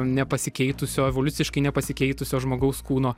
nepasikeitusio evoliuciškai nepasikeitusio žmogaus kūno